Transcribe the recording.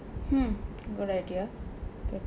hmm good idea